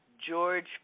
George